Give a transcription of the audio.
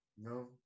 No